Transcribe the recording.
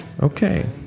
Okay